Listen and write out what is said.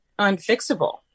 unfixable